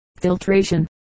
filtration